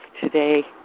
today